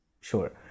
Sure